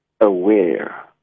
aware